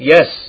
Yes